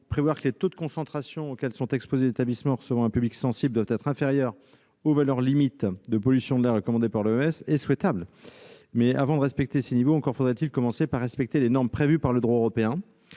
prévoir que les taux de concentration auxquels sont exposés les établissements recevant un public sensible doivent être inférieurs aux valeurs limites de pollution de l'air recommandées par l'Organisation mondiale de la santé, l'OMS, est souhaitable. Mais, avant de respecter ces niveaux, encore faudrait-il commencer par respecter les normes prévues par le droit européen.